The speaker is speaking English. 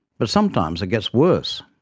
but sometimes it gets worse.